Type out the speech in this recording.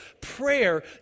prayer